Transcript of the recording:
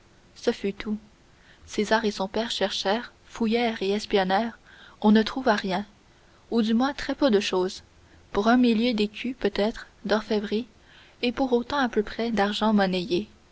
ce fut tout césar et son père cherchèrent fouillèrent et espionnèrent on ne trouva rien ou du moins très peu de chose pour un millier d'écus peut-être d'orfèvrerie et pour autant à peu près d'argent monnayé